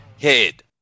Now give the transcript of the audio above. head